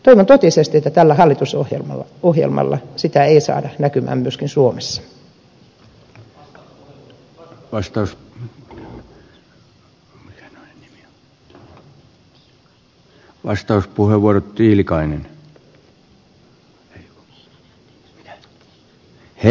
toivon totisesti että tällä hallitusohjelmalla sitä ei saada näkymään myöskin suomessa